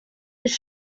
ist